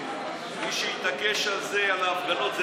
הבטחתם שינוי,